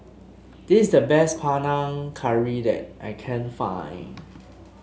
this is the best Panang Curry that I can find